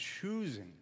choosing